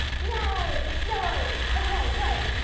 yay, it's yellow! okay, great.